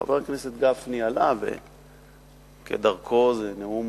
חבר הכנסת גפני עלה, וכדרכו, זה נאום